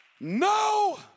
No